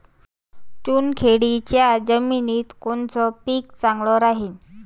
चुनखडीच्या जमिनीत कोनचं पीक चांगलं राहीन?